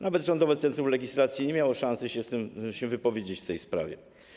Nawet Rządowe Centrum Legislacji nie miało szansy się wypowiedzieć w tej sprawie.